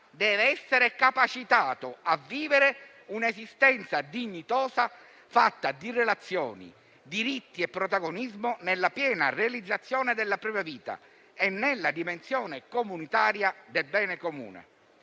deve essere capacitato a vivere un'esistenza dignitosa fatta di relazioni, diritti e protagonismo nella piena realizzazione della propria vita e nella dimensione comunitaria del bene comune.